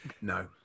No